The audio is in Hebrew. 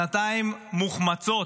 שנתיים מוחמצות.